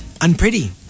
Unpretty